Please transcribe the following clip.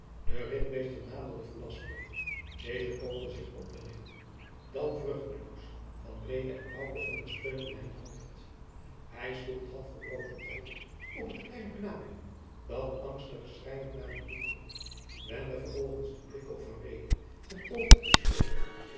de ritmeester naderde velasco deze poogde zich op te richten dan vruchteloos van reede en bouke ondersteunden hem het hoofd hij sloeg het half gebroken oog op het kleine knaapje dat angstig schreiend naar hem toe kroop wendde vervolgens den blik op van reede en poogde te spreken